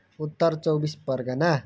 Uttar Chaubis Pargana